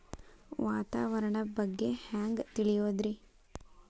ವಾತಾವರಣದ ಬಗ್ಗೆ ಹ್ಯಾಂಗ್ ತಿಳಿಯೋದ್ರಿ?